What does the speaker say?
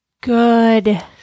Good